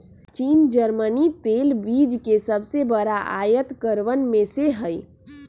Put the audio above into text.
चीन जर्मनी तेल बीज के सबसे बड़ा आयतकरवन में से हई